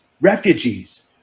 refugees